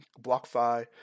BlockFi